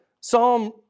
Psalm